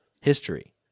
History